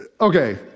okay